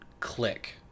click